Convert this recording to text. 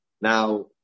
now